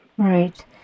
Right